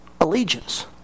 allegiance